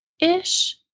ish